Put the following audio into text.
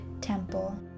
temple